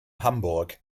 hamburg